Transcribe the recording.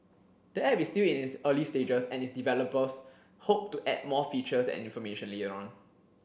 the app is still in its early stages and its developers hope to add more features and information later on